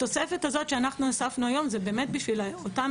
התוספת הזאת שהוספנו היום זה באמת בשביל אותם